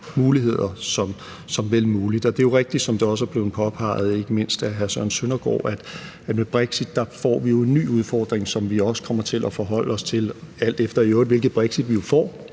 muligheder som vel muligt, og det er jo rigtigt, som det også er blevet påpeget, ikke mindst af hr. Søren Søndergaard, at vi med brexit jo får en ny udfordring, som vi også kommer til at forholde os til, alt efter hvilket brexit vi i